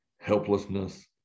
helplessness